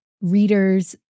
readers